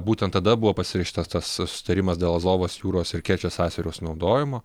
būtent tada buvo pasirašytas tas susitarimas dėl azovo jūros ir kerčės sąsiaurio naudojimo